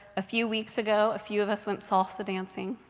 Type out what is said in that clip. a few weeks ago, a few of us went salsa dancing.